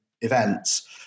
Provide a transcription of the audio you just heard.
events